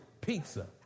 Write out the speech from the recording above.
pizza